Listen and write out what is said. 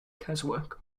keswick